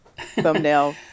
thumbnail